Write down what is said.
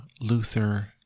Luther